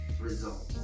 results